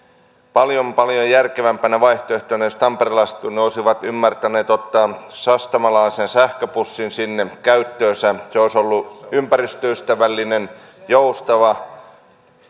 paljon paljon järkevämpänä vaihtoehtona jos tamperelaisetkin olisivat ymmärtäneet ottaa sastamalalaisen sähköbussin sinne käyttöönsä se olisi ollut ympäristöystävällinen joustava